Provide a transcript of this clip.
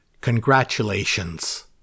congratulations